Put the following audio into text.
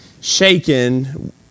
shaken